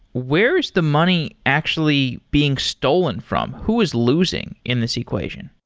where's the money actually being stolen from? who is losing in this equation?